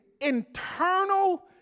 internal